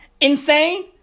Insane